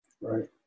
Right